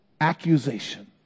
accusation